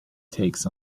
takes